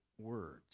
words